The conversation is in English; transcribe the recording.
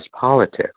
politics